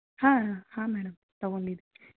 ಹಾಂ ಹಾಂ ಮೇಡಮ್ ತಗೊಂಡಿದ್ದೆ